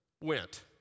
went